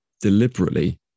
deliberately